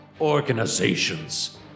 organizations